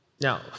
Now